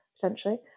potentially